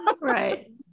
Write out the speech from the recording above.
Right